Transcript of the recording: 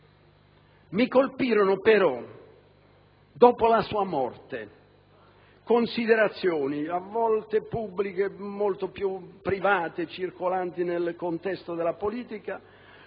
Mi colpirono, però, dopo la sua morte considerazioni (a volte pubbliche, molto più spesso private) circolanti nel contesto della politica